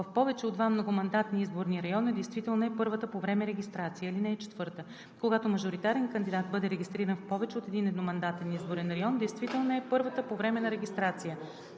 в повече от два многомандатни изборни района, действителна е първата по време регистрация. (4) Когато мажоритарен кандидат бъде регистриран в повече от един едномандатен изборен район, действителна е първата по време регистрация.